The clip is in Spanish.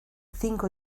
cinco